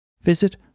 Visit